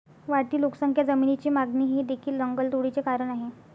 वाढती लोकसंख्या, जमिनीची मागणी हे देखील जंगलतोडीचे कारण आहे